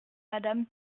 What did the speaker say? madame